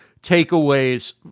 takeaways